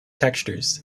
textures